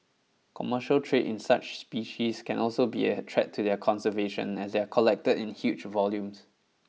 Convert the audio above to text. commercial trade in such species can also be a threat to their conservation as they are collected in huge volumes